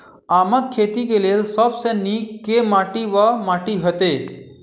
आमक खेती केँ लेल सब सऽ नीक केँ माटि वा माटि हेतै?